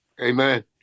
Amen